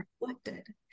reflected